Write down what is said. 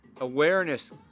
awareness